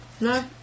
No